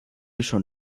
schon